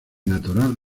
natural